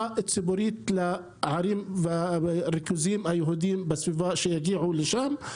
ציבורית לערים ולריכוזים היהודיים בסביבה כדי שיגיעו לשם.